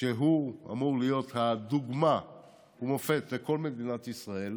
שהוא אמור להיות דוגמה ומופת לכל מדינת ישראל,